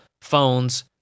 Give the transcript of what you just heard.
phones